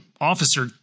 officer